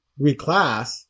reclass